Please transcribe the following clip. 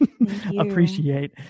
appreciate